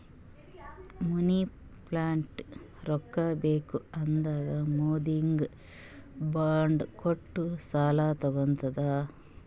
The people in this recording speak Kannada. ಮುನ್ಸಿಪಾಲಿಟಿ ರೊಕ್ಕಾ ಬೇಕ್ ಆದಾಗ್ ಮಂದಿಗ್ ಬಾಂಡ್ ಕೊಟ್ಟು ಸಾಲಾ ತಗೊತ್ತುದ್